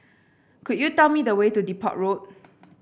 could you tell me the way to Depot Road